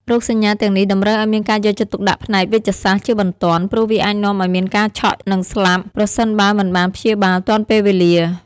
រោគសញ្ញាទាំងនេះតម្រូវឱ្យមានការយកចិត្តទុកដាក់ផ្នែកវេជ្ជសាស្ត្រជាបន្ទាន់ ព្រោះវាអាចនាំឱ្យមានការឆក់ និងស្លាប់ប្រសិនបើមិនបានព្យាបាលទាន់ពេលវេលា។